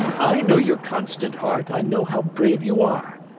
i know your constant heart, i know how brave you are,